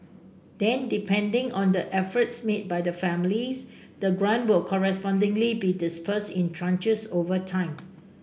then depending on the efforts made by the families the grant will correspondingly be disburse in tranches over time